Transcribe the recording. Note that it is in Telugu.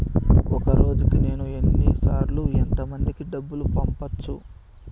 ఒక రోజుకి నేను ఎన్ని సార్లు ఎంత మందికి డబ్బులు పంపొచ్చు?